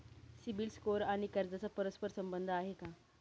CIBIL score आणि कर्जाचा परस्पर संबंध आहे का?